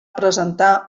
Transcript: presentar